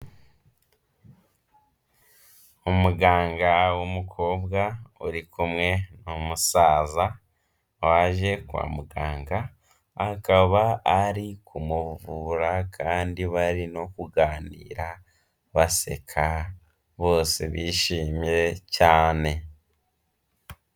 Umuganga w'umukobwa uri kumwe n'umusaza waje kwa muganga akaba ari kumuvura kandi bari no kuganira baseka bose bishimye cyane.